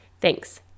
Thanks